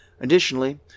Additionally